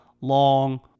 long